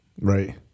right